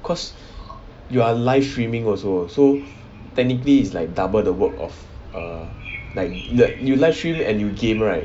cause you are live streaming also so technically is like double the work of err like like you live stream and you game right